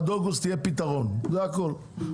עד אוגוסט יהיה פתרון זה הכל.